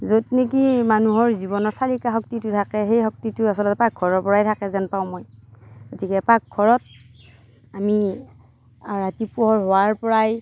য'ত নেকি মানুহৰ জীৱনৰ চালিকা শক্তিটো থাকে সেই শক্তিটো আচলতে পাকঘৰৰ পৰাই থাকে যেন পাওঁ মই গতিকে পাকঘৰত আমি ৰাতি পোহৰ হোৱাৰ পৰাই